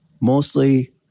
mostly